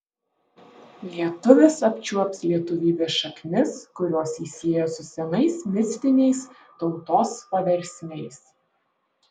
lietuvis apčiuops lietuvybės šaknis kurios jį sieja su senais mistiniais tautos paversmiais